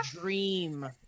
dream